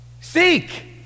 seek